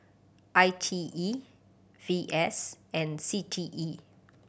I T E VS and C T E